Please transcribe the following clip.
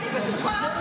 אני בטוחה,